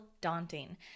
daunting